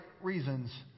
reasons